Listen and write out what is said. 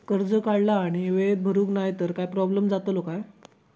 कर्ज काढला आणि वेळेत भरुक नाय तर काय प्रोब्लेम जातलो काय?